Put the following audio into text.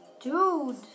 Dude